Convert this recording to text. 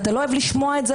אתה לא אוהב לשמוע את זה,